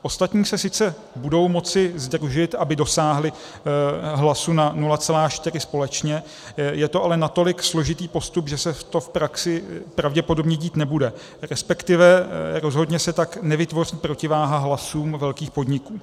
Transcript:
Ostatní se sice budou moci sdružit, aby dosáhli hlasu na 0,4 společně, je to ale natolik složitý postup, že se to v praxi pravděpodobně dít nebude, resp. rozhodně se tak nevytvoří protiváha hlasů velkých podniků.